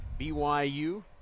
BYU